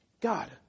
God